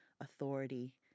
authority